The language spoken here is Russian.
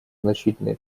значительные